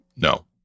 No